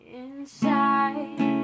inside